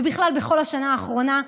ובכלל בכל השנה האחרונה,